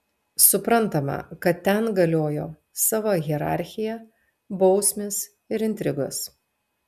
suprantama kad ten galiojo sava hierarchija bausmės ir intrigos